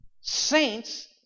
saints